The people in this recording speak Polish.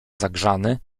zagrzany